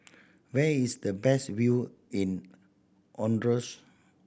where is the best view in Honduras